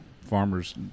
farmers